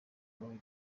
abibona